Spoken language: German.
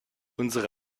unsere